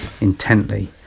intently